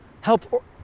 help